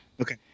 Okay